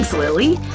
lilly,